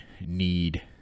need